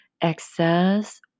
excess